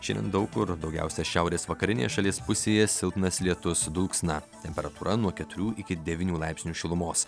šiandien daug kur daugiausiai šiaurės vakarinėje šalies pusėje silpnas lietus dulksna temperatūra nuo keturių iki devynių laipsnių šilumos